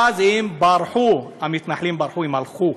ואז המתנחלים ברחו, הלכו,